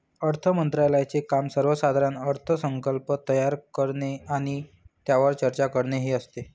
अर्थ मंत्रालयाचे काम सर्वसाधारण अर्थसंकल्प तयार करणे आणि त्यावर चर्चा करणे हे असते